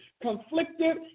conflicted